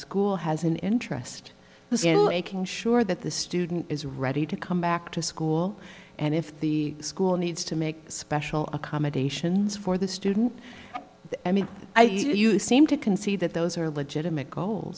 school has an interest in sure that the student is ready to come back to school and if the school needs to make special accommodations for the student i mean you seem to concede that those are legitimate goals